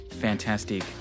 fantastic